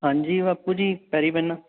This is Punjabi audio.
ਹਾਂਜੀ ਬਾਪੂ ਜੀ ਪੈਰੀ ਪੈਂਨਾ